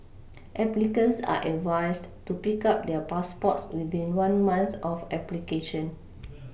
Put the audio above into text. applicants are advised to pick up their passports within one month of application